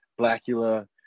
Blackula